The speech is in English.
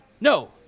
No